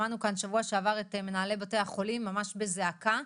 שמענו כאן בשבוע שעבר את מנהלי בתי החולים ממש בזעקה.